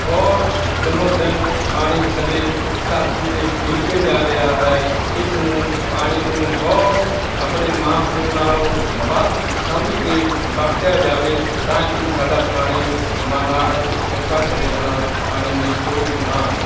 ਬਹੁਤ ਦਿਨੋਂ ਦਿਨ ਪਾਣੀ ਥੱਲੇ ਧਰਤੀ ਦੇ ਨੀਚੇ ਜਾ ਰਿਹਾ ਹੈ ਇਸ ਨੂੰ ਪਾਣੀ ਨੂੰ ਬਹੁਤ ਆਪਣੇ ਮਾਂ ਪਿਉ ਨਾਲੋਂ ਵੱਧ ਸਮਝ ਕੇ ਵਰਤਿਆ ਜਾਵੇ ਤਾਂ ਕਿ ਸਾਡਾ ਪਾਣੀ ਮਹਾਰਾਜ ਕਿਰਪਾ ਕਰੇ ਆਪਣਾ ਪਾਣੀ ਦੀ ਤੋਟ ਨਾ ਆਵੇ